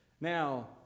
Now